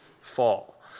fall